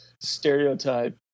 stereotype